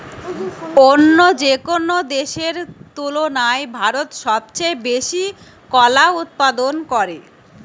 অন্য যেকোনো দেশের তুলনায় ভারত সবচেয়ে বেশি কলা উৎপাদন করে